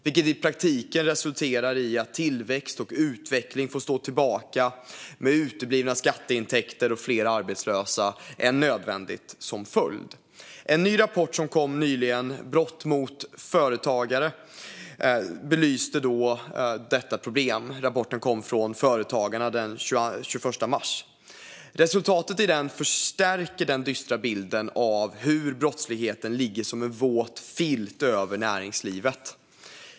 Det resulterar i praktiken i att tillväxt och utveckling får stå tillbaka med uteblivna skatteintäkter och fler arbetslösa än nödvändigt. En rapport som kom nyligen, Brott mot företagare 2022 , belyste detta problem. Rapporten kom från Företagarna den 21 mars. Resultatet i den förstärker den dystra bilden av hur brottsligheten ligger som en våt filt över näringslivet.